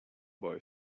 boy